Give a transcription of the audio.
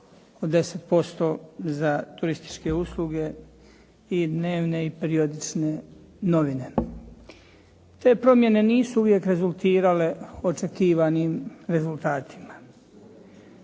od 10% za turističke usluge i dnevne i periodične novine. Te promjene nisu uvijek rezultirale očekivanim rezultatima.